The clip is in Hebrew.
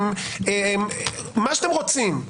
מה שאתם רוצים,